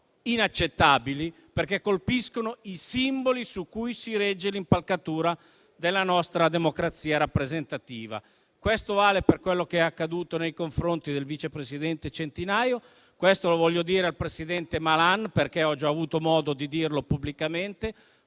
inaccettabili perché colpiscono i simboli su cui si regge l'impalcatura della nostra democrazia rappresentativa. Questo vale per quanto accaduto nei confronti del vice presidente Centinaio, ma anche - lo voglio dire al presidente Malan, perché ho già avuto modo di dirlo pubblicamente